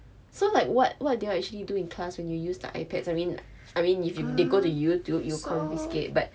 so like what what do you all actually do in class when you use the ipads I mean I mean if you they go to youtube you'll confiscate but